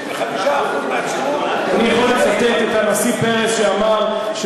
מה אתה אומר על